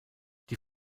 die